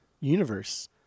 universe